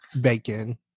bacon